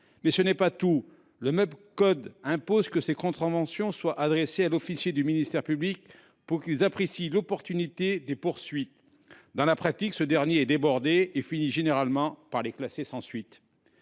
Mais ce n’est pas tout ! Le même code impose que ces contraventions soient adressées à l’officier du ministère public pour qu’il apprécie l’opportunité des poursuites. Dans la pratique, ce dernier est débordé et finit généralement par les classer sans suite.